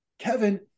Kevin